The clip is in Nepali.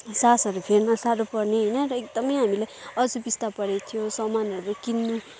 सासहरू फेर्न साह्रो पर्ने होइन र एकदमै हामीलाई असुबिस्ता परेको थियो सामानहरू किन्नु